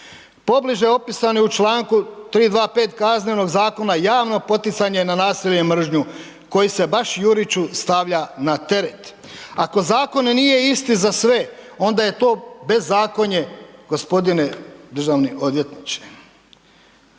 Pobliže je opisani u čl. 325. KZ-a javno poticanje na nasilje i mržnju koji se baš Juriću stavlja na teret. Ako zakon nije isti za sve onda je to bezakonje, državni odvjetniče.